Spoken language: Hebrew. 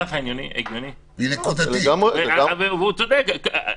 הוא צודק.